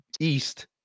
east